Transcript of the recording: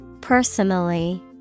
Personally